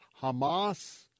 Hamas